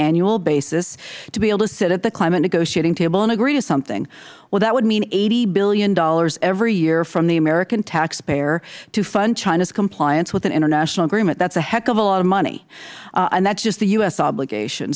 annual basis to be able to sit at the climate negotiating table and agree to something well that would mean eighty dollars billion every year from the american taxpayer to fund china's compliance with an international agreement that is a heck of a lot of money and that is just the u s obligation